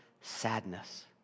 sadness